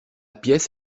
pièce